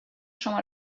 شما